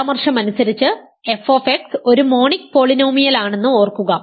പരാമർശം അനുസരിച്ച് f ഒരു മോണിക് പോളിനോമിയാലാണെന്ന് ഓർക്കുക